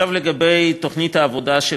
2. 4. עכשיו לגבי תוכנית העבודה של